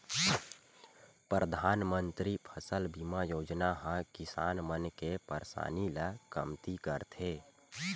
परधानमंतरी फसल बीमा योजना ह किसान मन के परसानी ल कमती करथे